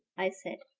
i said.